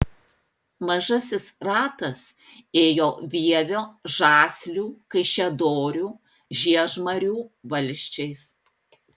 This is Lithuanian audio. mažasis ratas ėjo vievio žaslių kaišiadorių žiežmarių valsčiais